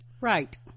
Right